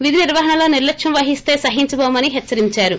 విధినిర్వహణలో నిర్లక్ష్యం వహిస్తే సహించబోమని హెచ్చరించారు